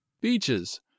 beaches